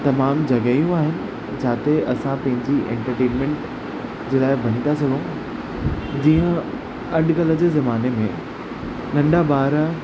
तमामु जॻहियूं आहिन जाते असां पंहिंजी एंटरटेनमेंट जे लाइ वञी था सघूं जीअं अॼुकल्ह जे ज़माने में नंढा ॿार